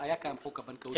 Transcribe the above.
היה קיים חוק הבנקאות (רישוי).